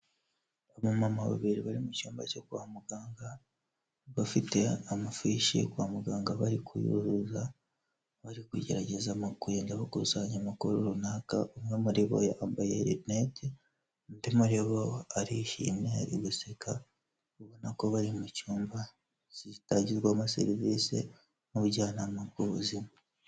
Abamama babiri bari mu cyumba cyo kwa muganga bafite amafishi kwa muganga bari kuyuza, bari kugerageza mu kugenda kugenda bakusanya amakuru runaka. Umwe muri bo ysmbaye rinete, undi muri bo arishimye ari guseka ubona ko bari mu cyumba gitangirwamo serivisi nk'ubujyanama bW'ubuzima.